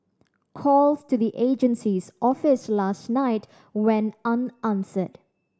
calls to the agency's office last night went unanswered